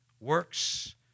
Works